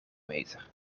meter